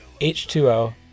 H2O